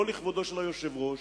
לא לכבודו של היושב-ראש,